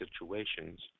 situations